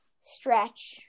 stretch